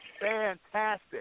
Fantastic